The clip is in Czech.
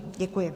Děkuji.